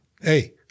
Hey